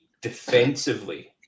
defensively